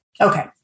Okay